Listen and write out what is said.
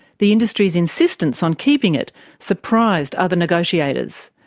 the industry's insistence on keeping it surprised other negotiators.